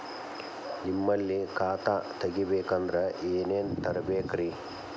ನಿಮ್ಮಲ್ಲಿ ಖಾತಾ ತೆಗಿಬೇಕಂದ್ರ ಏನೇನ ತರಬೇಕ್ರಿ?